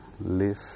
live